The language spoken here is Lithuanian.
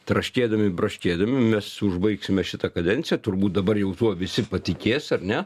traškėdami braškėdami mes užbaigsime šitą kadenciją turbūt dabar jau tuo visi patikės ar ne